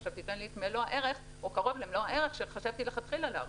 עכשיו תן לי את מלוא הערך או קרוב למלוא הערך שחשבתי מלכתחילה להרוויח.